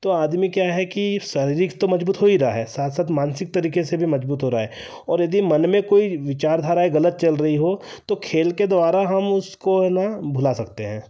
तो आदमी क्या है कि शारीरिक तो मजबूत हो ही रहा है साथ साथ मानसिक तरीके से भी मजबूत हो रहा है और यदि मन में कोई विचारधारा है गलत चल रही हो तो खेल के द्वारा हम उसको ना भुला सकते हैं